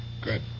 Good